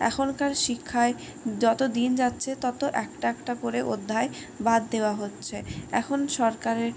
এখনকার শিক্ষায় যত দিন যাচ্ছে তত একটা একটা করে অধ্যায় বাদ দেওয়া হচ্ছে এখন সরকারের